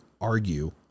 argue